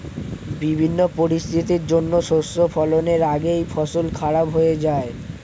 বিভিন্ন পরিস্থিতির জন্যে শস্য ফলনের আগেই ফসল খারাপ হয়ে যায়